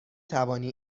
توانی